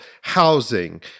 housing